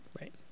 Right